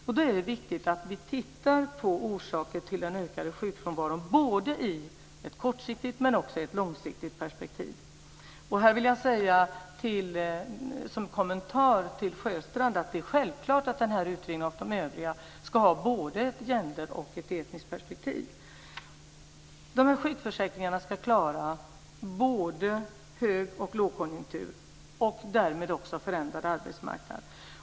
Det är viktigt att vi tittar på orsaker till den ökade sjukfrånvaron i både ett kortsiktigt och ett långsiktigt perspektiv. Som en kommentar till Sven-Erik Sjöstrand vill jag säga att det är självklart att den här utredningen och de övriga ska ha både ett genderperspektiv och ett etniskt perspektiv. Sjukförsäkringarna ska klara både hög och lågkonjunktur och därmed också en förändrad arbetsmarknad.